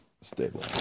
stable